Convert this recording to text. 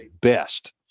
best